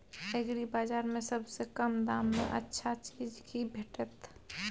एग्रीबाजार में सबसे कम दाम में अच्छा चीज की भेटत?